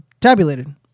tabulated